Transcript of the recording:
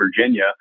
Virginia